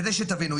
כדי שתבינו,